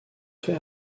fait